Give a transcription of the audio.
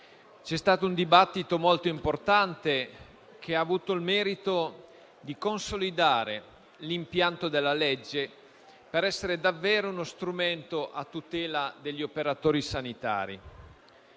C'è stato un dibattito molto importante che ha avuto il merito di consolidare l'impianto della legge per essere davvero uno strumento a tutela degli operatori sanitari.